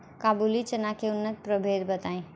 काबुली चना के उन्नत प्रभेद बताई?